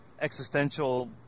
existential